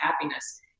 happiness